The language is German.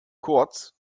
kurz